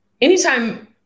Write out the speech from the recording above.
anytime